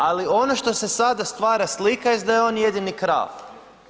Ali ono što se sada stvara slika jest da je on jedini krao.